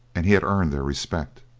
and he had earned their respect.